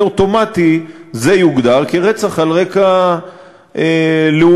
אוטומטי זה יוגדר כרצח על רקע לאומני,